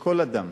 שכל אדם